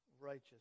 righteous